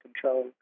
control